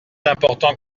important